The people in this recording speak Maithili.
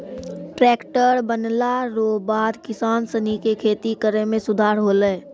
टैक्ट्रर बनला रो बाद किसान सनी के खेती करै मे सुधार होलै